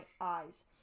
eyes